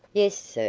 yes, sir,